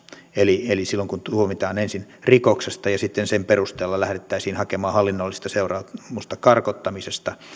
eli eli silloin kun tuomitaan ensin rikoksesta ja sitten sen perusteella lähdettäisiin hakemaan hallinnollista seuraamusta karkottamisesta